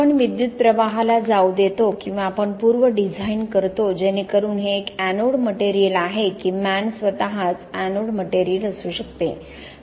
आपण विद्युत प्रवाहाला जाऊ देतो किंवाआपण पूर्व डिझाइन करतो जेणेकरुन हे एक एनोड मटेरियल आहे की म्यान स्वतःच एनोड मटेरियल असू शकते